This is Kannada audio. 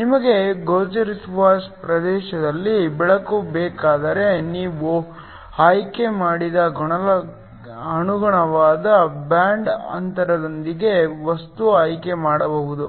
ನಿಮಗೆ ಗೋಚರಿಸುವ ಪ್ರದೇಶದಲ್ಲಿ ಬೆಳಕು ಬೇಕಾದರೆ ನೀವು ಆಯ್ಕೆ ಮಾಡಿದ ಅನುಗುಣವಾದ ಬ್ಯಾಂಡ್ ಅಂತರದೊಂದಿಗೆ ವಸ್ತು ಆಯ್ಕೆ ಮಾಡಬಹುದು